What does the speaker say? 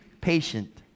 patient